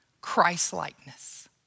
Christ-likeness